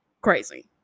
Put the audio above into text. crazy